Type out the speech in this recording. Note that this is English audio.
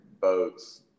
boats